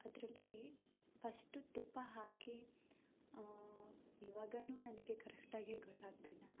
ಅದರಲ್ಲಿ ಫಸ್ಟ್ ತುಪ್ಪ ಹಾಕಿ ಇವಾಗನು ನನಗೆ ಕರೆಕ್ಟಾಗಿ ಗೊತ್ತಾಗ್ತಿಲ್ಲ